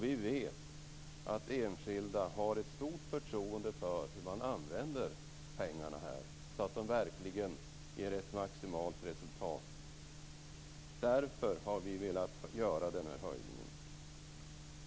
Vi vet att enskilda har ett stort förtroende för hur man här använder pengarna så att de verkligen ger ett maximalt resultat. Det är därför som vi har velat göra den här höjningen.